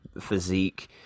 physique